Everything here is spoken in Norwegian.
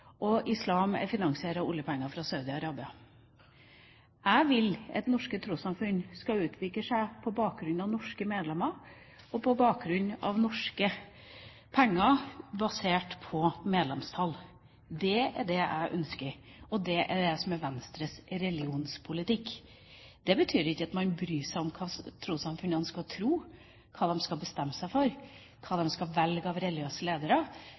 og islam er finansiert av oljepenger fra Saudi-Arabia. Jeg vil at norske trossamfunn skal utvikle seg på bakgrunn av norske medlemmer og på bakgrunn av norske penger, basert på medlemstall. Det er det jeg ønsker, og det er det som er Venstres religionspolitikk. Det betyr ikke at man bryr seg om hva trossamfunnene skal tro, hva de skal bestemme seg for og hvem de skal velge til religiøse ledere.